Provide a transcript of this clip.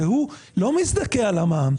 כי הוא לא מזדכה על המע"מ.